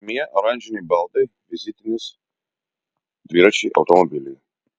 namie oranžiniai baldai vizitinės dviračiai automobiliai